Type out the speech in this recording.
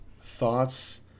thoughts